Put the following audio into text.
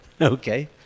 Okay